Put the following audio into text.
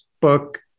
book